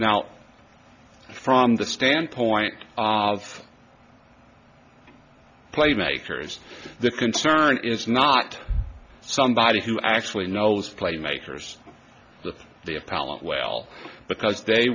now from the standpoint of play makers the concern is not somebody who actually knows play makers to the appellant well because they